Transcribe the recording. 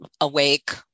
awake